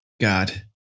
God